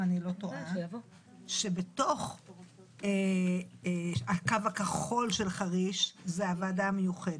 אם אני לא טועה שבתוך הקו הכחול של חריש זה הוועדה המיוחדת,